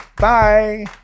Bye